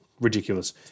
ridiculous